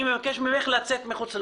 אני מבקש ממך לצאת מחוץ לאולם.